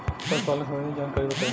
पशुपालन सबंधी जानकारी बताई?